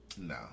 No